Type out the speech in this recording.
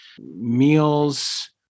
meals